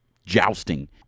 Jousting